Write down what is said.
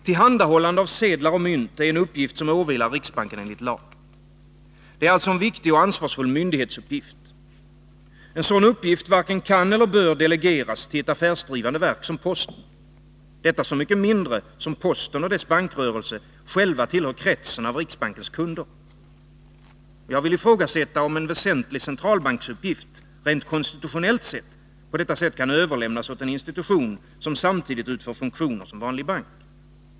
Tillhandahållande av sedlar och mynt är en uppgift som åvilar riksbanken enligt lag. Det är alltså en viktig och ansvarsfull myndighetsuppgift. En sådan uppgift varken kan eller bör delegeras till ett affärsdrivande verk som posten, detta så mycket mindre som posten och dess bankrörelse själv tillhör kretsen av riksbankens kunder. Jag vill ifrågasätta om en väsentlig centralbanksuppgift, rent konstitutionellt sett, på det här sättet kan överlämnas åt en institution som samtidigt har funktioner som en vanlig bank.